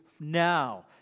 now